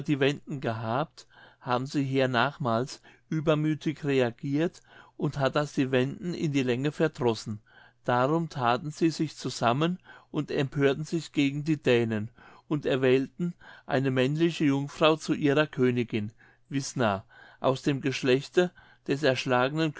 die wenden gehabt haben sie hernachmals übermüthig regieret und hat das die wenden in die länge verdrossen darum thaten sie sich zusammen und empörten sich gegen die dänen und erwählten eine männliche jungfrau zu ihrer königin wißna aus dem geschlechte des erschlagenen